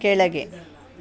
ಕೆಳಗೆ